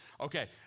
Okay